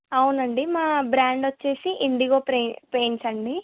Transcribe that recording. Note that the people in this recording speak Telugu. అవునండి మా బ్రాండ్ వచ్చి ఇండిగో ప్రే పెయింట్స్ అండి